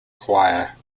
choir